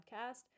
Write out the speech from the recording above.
podcast